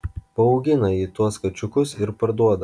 paaugina ji tuos kačiukus ir parduoda